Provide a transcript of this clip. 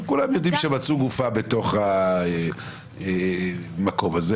וכולם יודעים שמצאו גופה במקום הזה.